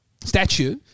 statue